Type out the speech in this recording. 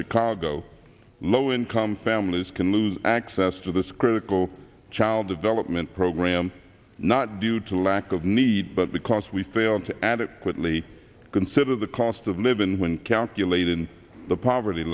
chicago low income families can lose access to this critical child development program not due to lack of need but because we fail to adequately consider the cost of living when calculating the poverty